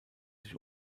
sich